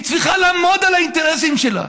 היא צריכה לעמוד על האינטרסים שלה.